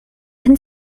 can